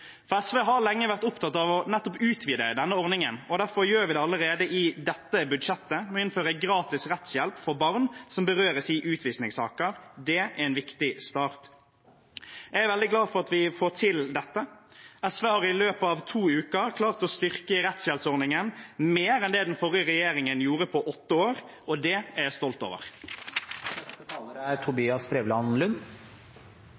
SV har lenge vært opptatt av å utvide denne ordningen, og derfor gjør vi det allerede i dette budsjettet. Vi innfører gratis rettshjelp for barn som berøres i utvisningssaker. Det er en viktig start. Jeg er veldig glad for at vi får til dette. SV har i løpet av to uker klart å styrke rettshjelpsordningen mer enn det den forrige regjeringen gjorde på åtte år, og det er jeg stolt over.